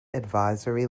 advisory